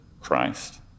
Christ